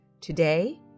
Today